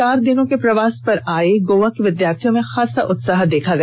चार दिनों के प्रवास पर आए गोवा के विद्यार्थियों में खासा उत्साह देखा गया